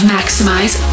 Maximize